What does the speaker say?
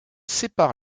sépare